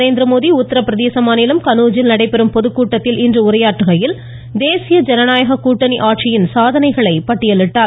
நரேந்திரமோடி உத்தரப்பிரதேச மாநிலம் கணூஜில் நடைபெறும் பொதுக்கூட்டத்தில் இன்று உரையாற்றுகையில் தேசிய ஜனநாயக கூட்டணி ஆட்சியின் சாதனைகளை பட்டியலிட்டார்